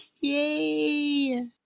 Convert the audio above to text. Yay